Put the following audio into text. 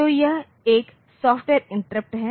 तो यह एक सॉफ्टवेयर इंटरप्ट है